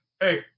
hey